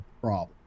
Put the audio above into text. problem